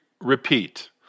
repeat